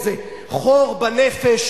מאיזה חור בנפש,